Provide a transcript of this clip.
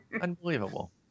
unbelievable